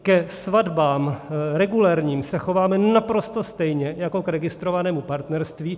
Ke svatbám regulérním se chováme naprosto stejně jako k registrovanému partnerství.